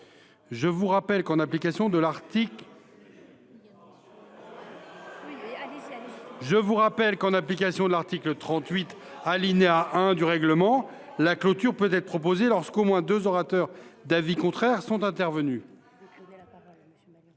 38 du règlement. En application de l’article 38, alinéa 1, du règlement, la clôture peut être proposée lorsque au moins deux orateurs d’avis contraire sont intervenus.